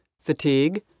fatigue